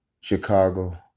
Chicago